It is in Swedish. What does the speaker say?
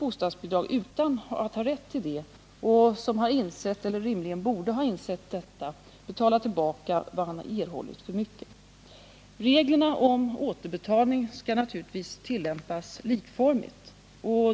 bostadsbidrag utan att ha rätt till det och som har insett eiler rimligen borde ha insett detta betala tillbaka vad han erhållit för mycket. Reglerna om återbetalning skall naturligtvis tillämpas likformigt.